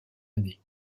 année